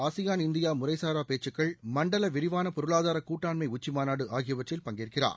ASEAN India முறைசாரா பேச்சுக்கள் மண்டல விரிவான பொருளாதார கூட்டாண்மை உச்சிமாநாடு ஆகியவற்றில் பங்கேற்கிறார்